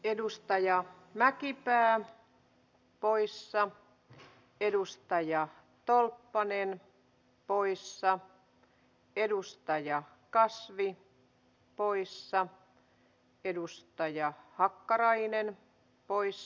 edustaja mäkipää poissa edustaja tolppanen poissa edustaja kasvi poissa edustaja hakkarainen poissa